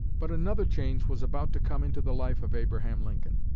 but another change was about to come into the life of abraham lincoln.